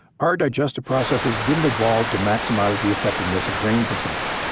our digestive processes didn't evolve to maximize the effectiveness of grain consumption.